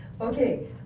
Okay